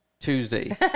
Tuesday